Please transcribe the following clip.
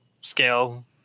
scale